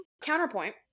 Counterpoint